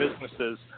businesses